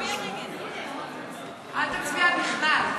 אל תצביע בכלל.